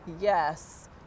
yes